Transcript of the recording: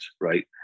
right